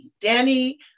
Danny